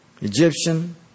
Egyptian